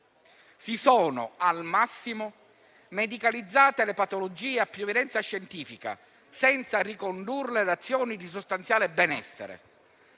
Si sono, al massimo, medicalizzate le patologie a più evidenza scientifica, senza ricondurle ad azioni di sostanziale benessere.